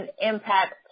impact